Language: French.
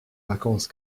vacances